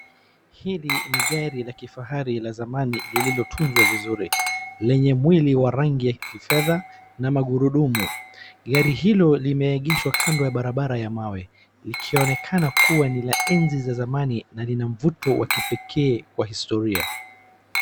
Hili ni gari la kifahari la zamani lililotunzwa vizuri lenye mwili wa rangi ya kifedha na magurudumu, gari hilo limeegeshwa kando ya barabara ya mawe ikionekana kuwa ni la enzi za zamani na lina mvuti wa kipekee wa historia.